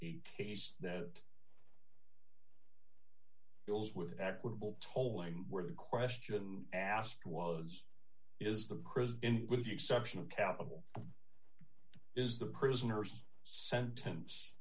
the case that it was with equitable tollway where the question asked was is the with the exception of capital is the prisoner's sentence